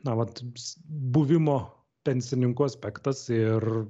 na vat buvimo pensininku aspektas ir